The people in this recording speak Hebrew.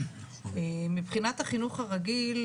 מבחינת החינוך הרגיל,